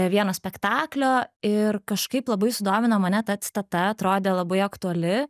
vieno spektaklio ir kažkaip labai sudomino mane ta citata atrodė labai aktuali